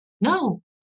no